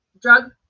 drug